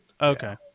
Okay